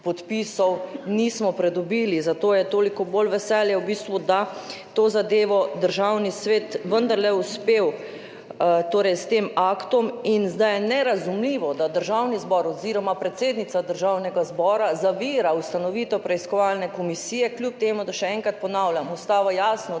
nismo pridobili, zato je toliko bolj veselje v bistvu, da je s to zadevo Državni svet vendarle uspel, torej s tem aktom. In zdaj je nerazumljivo, da Državni zbor oziroma predsednica Državnega zbora zavira ustanovitev preiskovalne komisije kljub temu, da, še enkrat ponavljam, ustava jasno